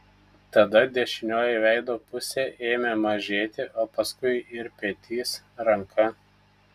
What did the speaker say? tada dešinioji veido pusė ėmė mažėti o paskui ir petys ranka